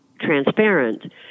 transparent